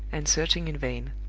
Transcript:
and searching in vain.